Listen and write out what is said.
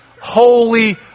holy